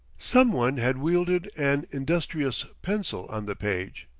some one had wielded an industrious pencil on the page.